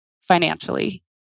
financially